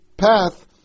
path